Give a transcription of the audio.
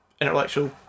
intellectual